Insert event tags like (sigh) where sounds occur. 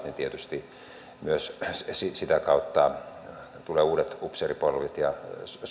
(unintelligible) niin tietysti myös sitä kautta tulevat uudet upseeripolvet ja